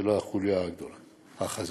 אלא החוליה החזקה.